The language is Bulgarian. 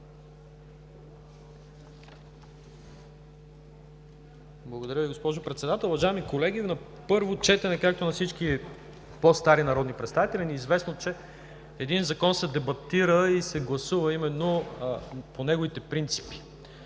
Благодаря Ви, госпожо Председател. Уважаеми колеги, на първо четене, както на всички по стари народни представители ни е известно, че един закон се дебатира и се гласува именно по неговите принципи,